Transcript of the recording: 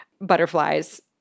butterflies